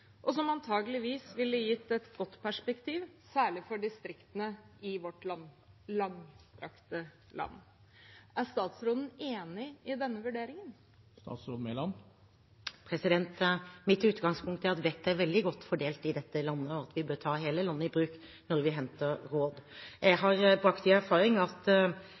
og som antakeligvis ville gitt et godt perspektiv, særlig for distriktene i vårt langstrakte land. Er statsråden enig i denne vurderingen? Mitt utgangspunkt er at vettet er veldig godt fordelt i dette landet, og at vi bør ta hele landet i bruk når vi henter råd. Jeg har brakt i erfaring